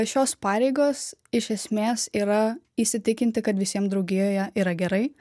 šios pareigos iš esmės yra įsitikinti kad visiems draugijoje yra gerai